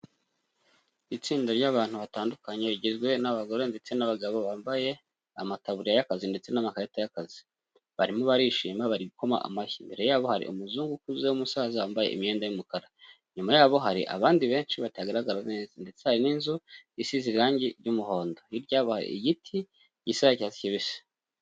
Itsinda ry'abantu batandukanye rigizwe n'abagore ndetse n'abagabo, bambaye amataburiya y'akazi ndetse n'amakarita y'akazi, barimo barishima bari gukoma amashyi, imbere yabo hari umuzungu ukuze w'umusaza wambaye imyenda y'umukara, inyuma yabo hari abandi benshi batagaragara neza, ndetse hari n'inzu isize irangi ry'umuhondo, hirya yabo hari igiti gisa icyatsi kibisi.